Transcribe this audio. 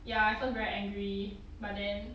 ya I first very angry but then